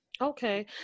Okay